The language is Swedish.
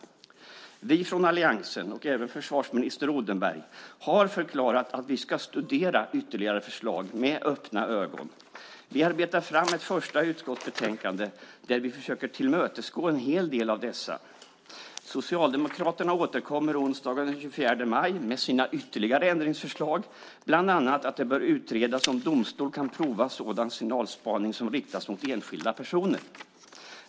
Vi från alliansen, och även försvarsminister Odenberg, har förklarat att vi ska studera ytterligare förslag med öppna ögon. Vi arbetar fram ett första utskottsbetänkande där vi försöker tillmötesgå en hel del av dessa. Socialdemokraterna återkommer onsdagen den 24 maj med sina ytterligare ändringsförslag, bland annat att det bör utredas om domstol kan pröva sådan signalspaning som riktas mot enskilda personer.